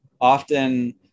often